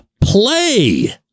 play